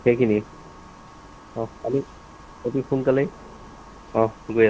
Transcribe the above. সেইখিনি অঁ আমি অতি সোনকালেই অঁ গৈ আছোঁ